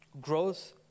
growth